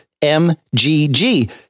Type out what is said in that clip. MGG